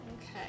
Okay